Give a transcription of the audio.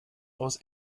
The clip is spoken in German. aus